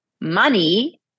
money